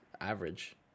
average